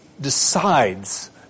decides